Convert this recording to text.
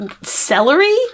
celery